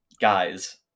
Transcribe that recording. guys